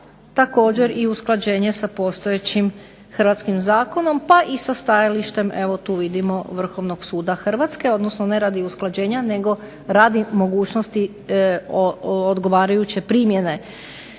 također usklađenje sa postojećim Hrvatskim zakonom, a i tu vidimo Vrhovnog suda Hrvatske, ne radi usklađenja nego radi mogućnosti odgovarajuće primjene